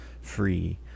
free